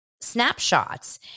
snapshots